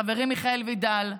חברי מיכאל וידל,